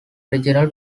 original